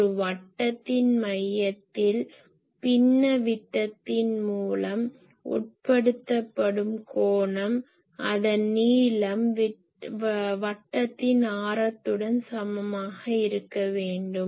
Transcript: ஒரு வட்டத்தின் மையத்தில் பின்னவிட்டத்தின் மூலம் உட்படுத்தப்படும் கோணம் அதன் நீளம் வட்டத்தின் ஆரத்துடன் சமமாக இருக்க வேண்டும்